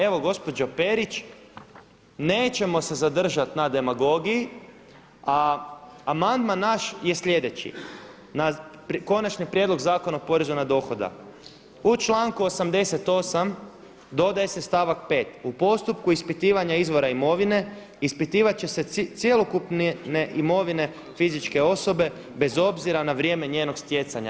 Evo gospođo Perić nećemo se zadržati na demagogiji, a amandman naš je sljedeći na Konačni prijedlog Zakona o porezu na dohodak u članku 88. dodaje se stavak 5. u postupku ispitivanja izvora imovine ispitivat će cjelokupne imovine fizičke osobe bez obzira na vrijeme njenog stjecanja.